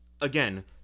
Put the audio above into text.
again